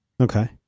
Okay